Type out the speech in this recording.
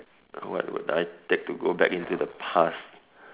what would I take to go back into the past